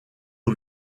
aux